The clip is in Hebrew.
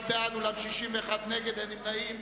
41 בעד, אולם 61 נגד ואין נמנעים.